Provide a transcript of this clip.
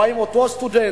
או האם אותו סטודנט,